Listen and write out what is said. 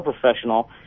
professional